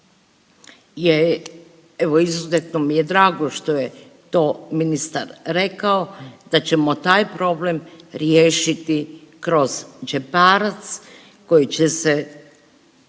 evo izuzetno mi je drago što je to ministar rekao da ćemo taj problem riješiti kroz džeparac koji će se